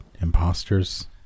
imposters